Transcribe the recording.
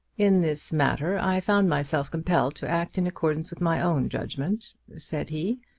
in this matter i found myself compelled to act in accordance with my own judgment, said he,